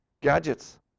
gadgets